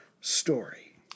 story